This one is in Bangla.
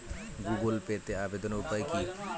গুগোল পেতে আবেদনের উপায় কি?